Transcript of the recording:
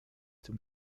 zum